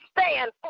stand